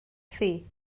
thi